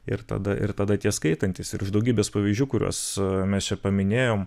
ir tada ir tada tie skaitantys ir iš daugybės pavyzdžių kuriuos mes čia paminėjom